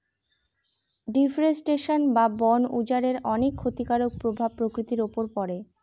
deforestation বা বন উজাড়ের অনেক ক্ষতিকারক প্রভাব প্রকৃতির উপর পড়ে